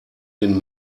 den